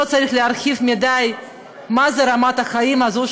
לא צריך להרחיב מדי מה זה רמת החיים הזאת,